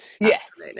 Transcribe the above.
Yes